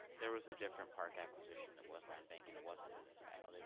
there was a different park acquisition that was land bank, and it wasn't in this package.